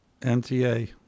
MTA